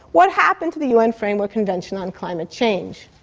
what happened to the un framework convention on climate change?